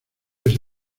ese